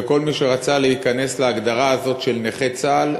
וכל מי שרצה להיכנס להגדרה הזאת של נכי צה"ל,